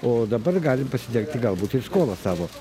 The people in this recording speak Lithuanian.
o dabar galim pasidengti gal būt ir skolas savo